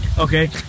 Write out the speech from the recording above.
Okay